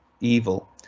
evil